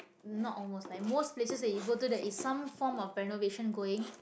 not almost like most places that you go to there is some form of renovation going